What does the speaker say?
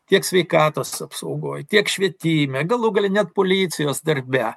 tiek sveikatos apsaugoj tiek švietime galų gale net policijos darbe